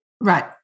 Right